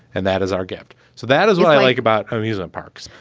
and that is our gift. so that is what i like about amusement parks.